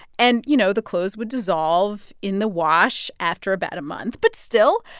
and you know, the clothes would dissolve in the wash after about a month. but still,